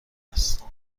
است